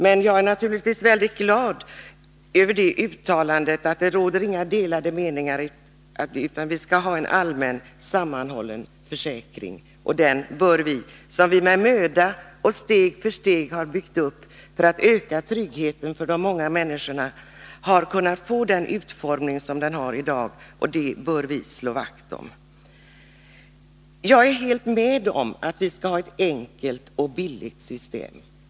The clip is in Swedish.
Men jag är naturligtvis glad över uttalandet att det inte råder några delade meningar om att vi skall ha en allmän, sammanhållen försäkring. För att öka tryggheten för de många människorna har vi med möda och steg för steg byggt upp försäkringen och givit den en sådan utformning som den har i dag. Den bör vi slå vakt om. Jag är helt införstådd med att vi skall ha ett enkelt och billigt system.